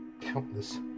countless